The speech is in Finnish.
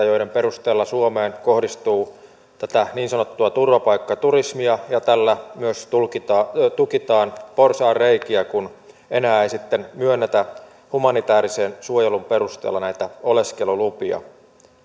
joiden perusteella suomeen kohdistuu tätä niin sanottua turvapaikkaturismia ja tällä myös tukitaan tukitaan porsaanreikiä kun enää ei sitten myönnetä humanitäärisen suojelun perusteella näitä oleskelulupia